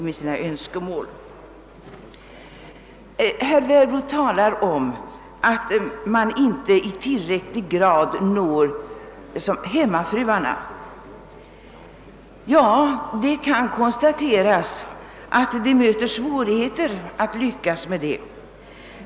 Herr Werbro talade om att man inte i tillräcklig grad når hemmafruarna. Ja, det kan konstateras att vi möter svårigheter på det området.